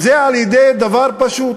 על-ידי דבר פשוט,